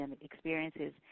experiences